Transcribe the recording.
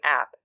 app